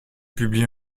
publient